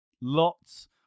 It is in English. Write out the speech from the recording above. lots